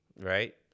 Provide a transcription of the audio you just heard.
right